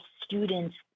students